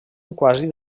quasi